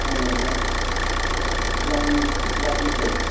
अ लां लांनोसै